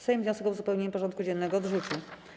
Sejm wniosek o uzupełnienie porządku dziennego odrzucił.